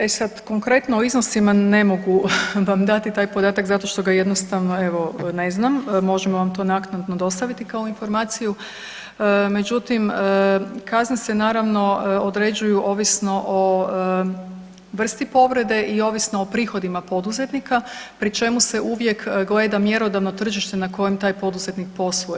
E sad konkretno o iznosima ne mogu vam dati taj podatak zato što ga jednostavno ne znam, možemo vam to naknado dostaviti kao informaciju, međutim kazne se naravno određuju ovisno o vrsti povrede i ovisno o prihodima poduzetnika pri čemu se uvijek gleda mjerodavno tržište na kojem taj poduzetnik posluje.